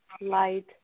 light